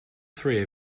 three